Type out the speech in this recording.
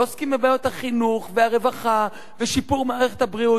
לא עוסקים בבעיות החינוך והרווחה ושיפור מערכת הבריאות,